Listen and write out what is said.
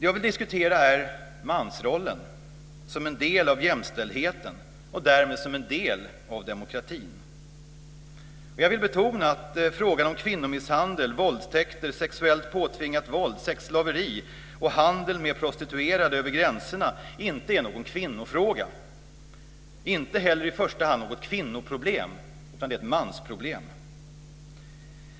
Jag vill diskutera här mansrollen som en del av jämställdheten och därmed som en del av demokratin. Jag vill betona att frågan om kvinnomisshandel, våldtäkter, sexuellt påtvingat våld, sexslaveri och handel med prostituerade över gränserna inte är någon kvinnofråga, inte heller i första hand något kvinnoproblem, utan det är ett mansproblem.